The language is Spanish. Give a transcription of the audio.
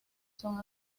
son